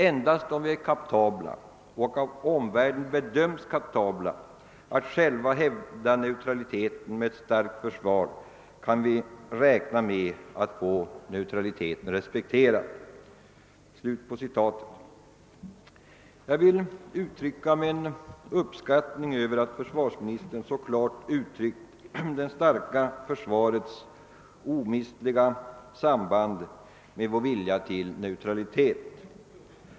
Endast om vi är kapabla — och av omvärlden bedöms kapabla — att själva hävda neutraliteten med ett starkt försvar kan vi räkna med att få neutraliteten respekterad.» Jag vill uttrycka min uppskattning över att försvarsministern så klart fast slagit det starka försvarets omistliga samband med vår vilja till neutralitet.